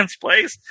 Place